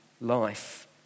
life